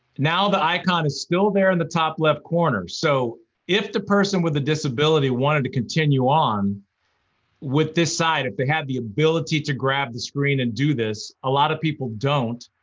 now the icon is still there in the top-left corner, so if the person with the disability wanted to continue on with this side, if they have the ability to grab the screen and do this, a lot of people don't,